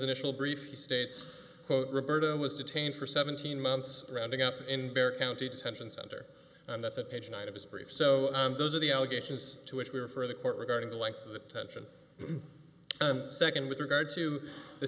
initial brief he states quote refer to was detained for seventeen months rounding up in county detention center and that's a page nine of his brief so those are the allegations to which we refer the court regarding the like attention second with regard to the